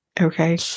okay